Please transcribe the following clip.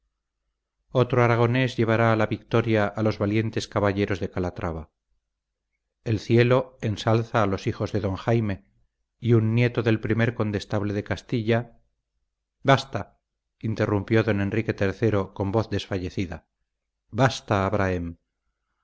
otro aragonés llevará a la victoria a los valientes caballeros de calatrava el cielo ensalza a los hijos de don jaime y un nieto del primer condestable de castilla basta interrumpió don enrique iii con voz desfallecida basta abrahem los